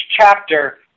chapter